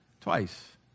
Twice